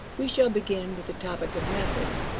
we shall begin with the topic of method,